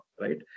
Right